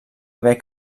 haver